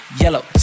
yellow